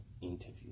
interview